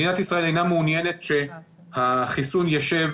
מדינת ישראל אינה מעוניינת שהחיסון ישב